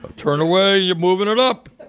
ah turn away. you're moving it up.